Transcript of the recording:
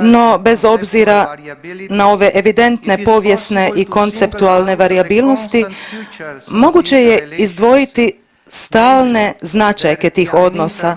No, bez obzira na ove evidentne povijesne i konceptualne varijabilnosti moguće je izdvojiti stalne značajke tih odnosa